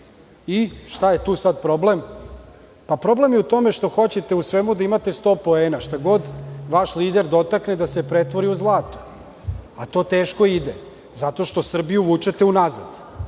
je tu sad problem? Problem je u tome što hoćete u svemu da imate 100 poena, šta god vaš lider da dotakne, da se pretvori u zlato, a to teško ide zato što Srbiju vučete u nazad